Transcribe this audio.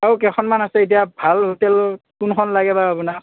আৰু কেইখনমান আছে এতিয়া ভাল হোটেল কোনখন লাগে বা আপোনাক